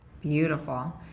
Beautiful